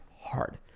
hard